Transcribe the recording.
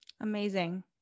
Amazing